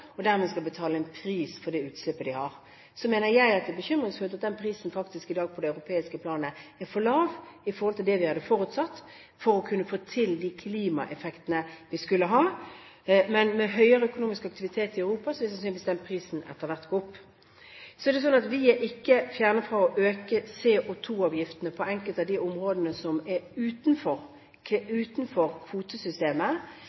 og de skal dermed betale en pris for det utslippet de har. Så mener jeg at det er bekymringsfullt at prisen på det europeiske plan i dag faktisk er for lav i forhold til det vi hadde forutsatt for å kunne få til de klimaeffektene vi skulle ha. Men med høyere økonomisk aktivitet i Europa vil sannsynligvis prisen etter hvert gå opp. Det er ikke fjernt fra oss å øke CO2-avgiftene på enkelte av de områdene som er utenfor